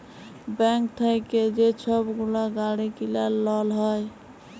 bank থ্যাইকে যে ছব গুলা গাড়ি কিলার লল হ্যয়